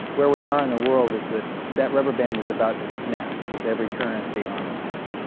where we are in the world is that that rubber band is about to snap with every currency on the planet.